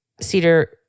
cedar